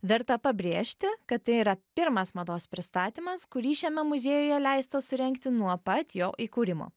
verta pabrėžti kad tai yra pirmas mados pristatymas kurį šiame muziejuje leista surengti nuo pat jo įkūrimo